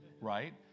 right